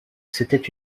c’était